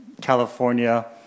California